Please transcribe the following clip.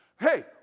Hey